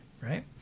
Right